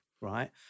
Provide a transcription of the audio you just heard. Right